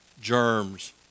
Germs